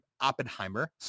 Oppenheimer